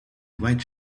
white